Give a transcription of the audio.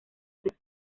sexual